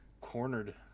cornered